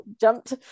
jumped